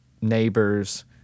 neighbors